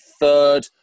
third